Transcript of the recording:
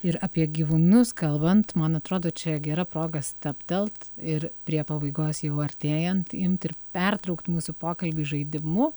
ir apie gyvūnus kalbant man atrodo čia gera proga stabtelt ir prie pabaigos jau artėjant imt ir pertraukt mūsų pokalbį žaidimu